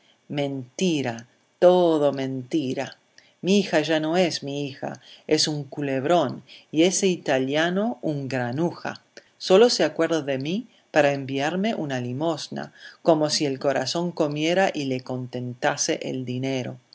mentira todo mentira mi hija ya no es mi hija es un culebrón y ese italiano un granuja sólo se acuerda de mí para enviarme una limosna como si el corazón comiera y le contentase el dinero